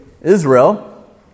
Israel